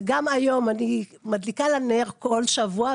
וגם היום אני מדליקה לה נר כל שבוע,